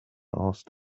asked